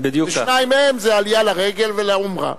ושניים מהם זה עלייה לרגל ועומרה.